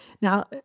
Now